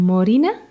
Morina